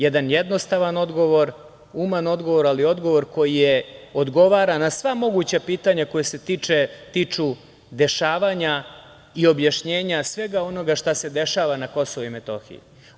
Jedan jednostavan odgovor, human odgovor, ali odgovor koji odgovara na sva moguća pitanja koja se tiču dešavanja i objašnjenja svega onoga šta se dešava na KiM.